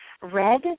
red